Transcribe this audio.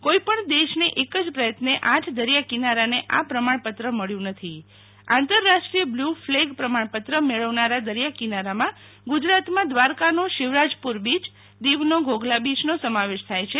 કોઇપણ દેશને એક જ પ્રયત્ને આઠ દરિયા કિનારાને આ પ્રમાણપત્ર મબ્યુ નથી આંતરરાષ્ટ્રીય બ્લૂ ફલેગ પ્રમાણપત્ર મેળવનારા દરિયા કિનારામાં ગુજરાતમાં ધ્વારકાનો શિવરાજપુર બીય દિવનો ઘોઘલા બીયનો સમાવેશ થાય છે